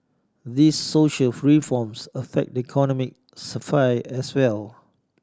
these social reforms affect the economic sphere as well